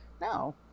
No